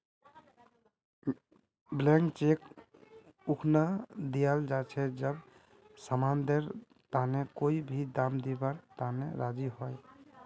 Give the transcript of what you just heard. blank cheque उखना दियाल जा छे जब समानेर तने कोई भी दाम दीवार तने राज़ी हो